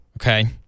okay